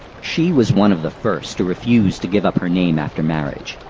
she was one of the first to refuse to give up her name after marriage.